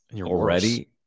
already